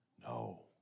No